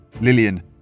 Lillian